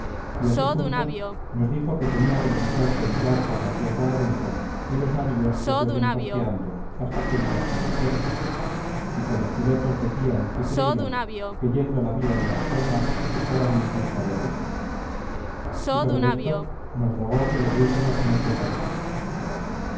y así juntos nos dijo que tenía voluntad de entrar por la tierra adentro y los navíos se fuesen costeando hasta que llegasen al puerto y que los pilotos decían y creían que yendo la vía de las palmas estaban muy cerca de allí y sobre esto nos rogó le diésemos nuestro parecer